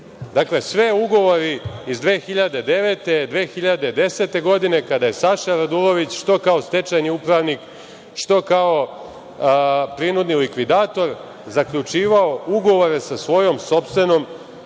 sve ugovori iz 2009, 2010. godine, kada je Saša Radulović, što kao stečajni upravnik, što kao prinudni likvidator zaključivao ugovore sa svojom sopstvenom